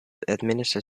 administer